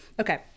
okay